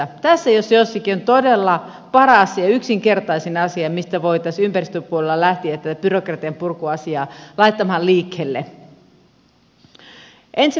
tässä jos jossakin on todella paras ja yksinkertaisin asia mistä voitaisiin ympäristöpuolella lähteä tätä byrokratian purkuasiaa laittamaan liikkeelle